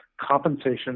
compensation